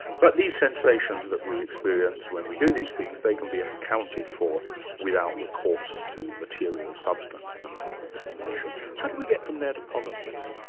but these sensations that we experience when we do these things, they can be accounted for without recourse to material substance as a mode of explanation. how do we get from there to politics?